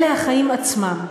אלה החיים עצמם.